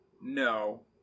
no